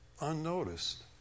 unnoticed